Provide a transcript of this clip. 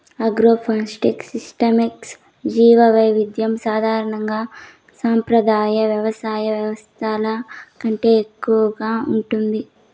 agroforestry సిస్టమ్స్లో జీవవైవిధ్యం సాధారణంగా సంప్రదాయ వ్యవసాయ వ్యవస్థల కంటే ఎక్కువగా ఉంటుంది